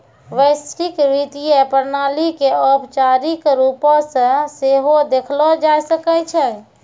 वैश्विक वित्तीय प्रणाली के औपचारिक रुपो से सेहो देखलो जाय सकै छै